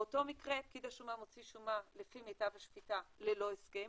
באותו מקרה פקיד השומה מוציא שומה לפי מיטב השפיטה ללא הסכם.